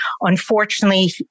Unfortunately